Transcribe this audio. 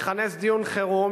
מכנס דיון חירום,